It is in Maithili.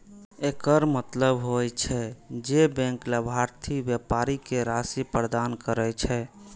एकर मतलब होइ छै, जे बैंक लाभार्थी व्यापारी कें राशि प्रदान करै छै